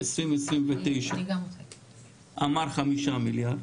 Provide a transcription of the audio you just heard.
ב-2029 אמר 5 מיליארד.